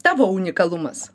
tavo unikalumas